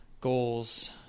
goals